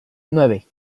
nueve